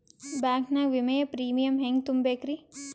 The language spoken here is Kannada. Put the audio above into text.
ಬ್ಯಾಂಕ್ ನಾಗ ವಿಮೆಯ ಪ್ರೀಮಿಯಂ ಹೆಂಗ್ ತುಂಬಾ ಬೇಕ್ರಿ?